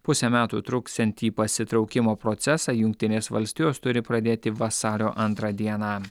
pusę metų truksiantį pasitraukimo procesą jungtinės valstijos turi pradėti vasario antrą dieną